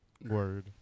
Word